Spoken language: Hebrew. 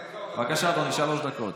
בבקשה, אדוני, שלוש דקות.